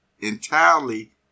entirely